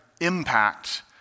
impact